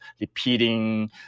repeating